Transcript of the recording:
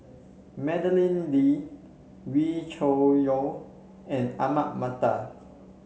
Madeleine Lee Wee Cho Yaw and Ahmad Mattar